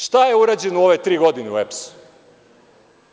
Šta je urađeno u ove tri godine u EPS-u?